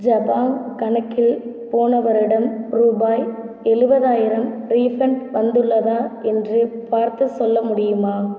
ஜபாங் கணக்கில் போன வருடம் ரூபாய் எழுபதாயிரம் ரீஃபண்ட் வந்துள்ளதா என்று பார்த்துச் சொல்ல முடியுமா